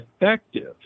effective